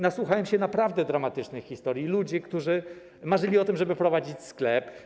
Nasłuchałem się naprawdę dramatycznych historii ludzi, którzy marzyli o tym, żeby prowadzić sklep.